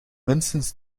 minstens